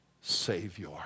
Savior